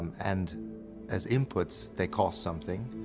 and as inputs, they cost something,